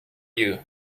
you